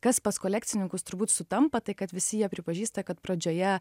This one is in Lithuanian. kas pas kolekcininkus turbūt sutampa tai kad visi jie pripažįsta kad pradžioje